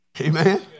Amen